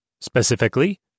Specifically